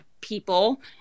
people